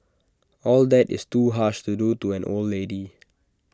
all that is too harsh to do to an old lady